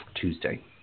Tuesday